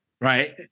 right